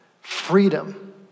freedom